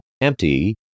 empty